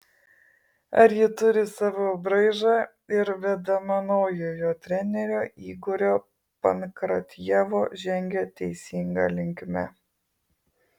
ar ji turi savo braižą ir vedama naujojo trenerio igorio pankratjevo žengia teisinga linkme